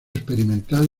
experimental